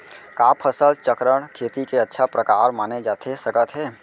का फसल चक्रण, खेती के अच्छा प्रकार माने जाथे सकत हे?